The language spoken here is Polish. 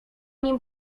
nim